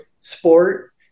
sport